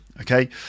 okay